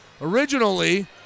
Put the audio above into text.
originally